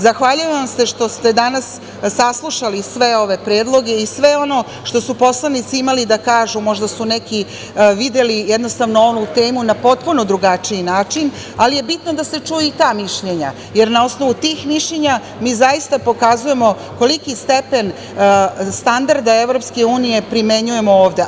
Zahvaljujem vam se što ste danas saslušali sve ove predloge i sve ono što su poslanici imali da kažu, možda su neki videli jednostavno temu na potpuno drugačiji način, ali je bitno da se čuju i ta mišljenja, jer na osnovu tih mišljenja mi zaista pokazujemo koliki stepen standarda EU primenjujemo ovde.